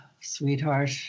sweetheart